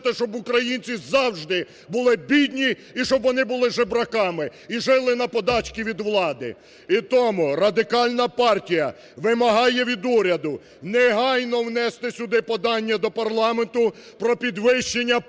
щоб українці завжди були бідні і щоб вони були жебраками, і жили на подачки від влади. І тому Радикальна партія вимагає від уряду негайно внести сюди подання до парламенту про підвищення пенсій